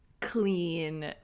clean